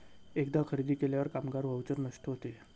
एकदा खरेदी केल्यावर कामगार व्हाउचर नष्ट होते